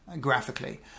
graphically